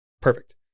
Perfect